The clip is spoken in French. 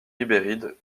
ribéride